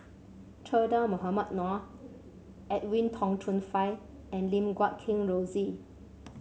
Che Dah Mohamed Noor Edwin Tong Chun Fai and Lim Guat Kheng Rosie